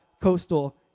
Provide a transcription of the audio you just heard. Coastal